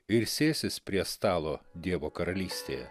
ir sėsis prie stalo dievo karalystėje